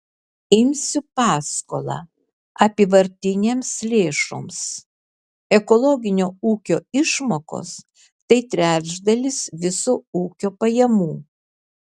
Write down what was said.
imsiu paskolą apyvartinėms lėšoms ekologinio ūkio išmokos tai trečdalis viso ūkio pajamų